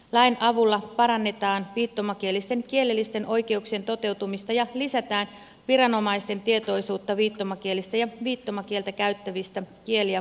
lain avulla parannetaan viittomakielisten kielellisten oikeuksien toteutumista ja lisätään viranomaisten tietoisuutta viittomakielestä ja viittomakieltä käyttävistä kieli ja kulttuuriryhmänä